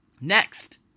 Next